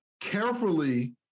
carefully